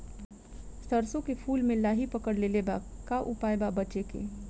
सरसों के फूल मे लाहि पकड़ ले ले बा का उपाय बा बचेके?